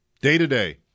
Day-to-day